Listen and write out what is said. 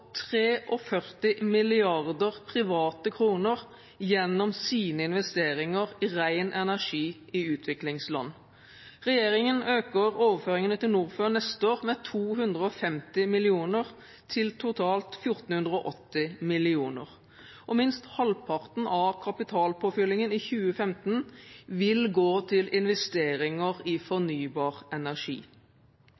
milliarder private kroner gjennom sine investeringer i ren energi i utviklingsland. Regjeringen øker overføringene til Norfund neste år med 250 mill. kr – til totalt 1 480 mill. kr. Minst halvparten av kapitalpåfyllingen i 2015 vil gå til investeringer i